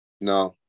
No